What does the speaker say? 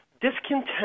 discontent